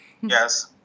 Yes